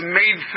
made